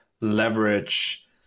leverage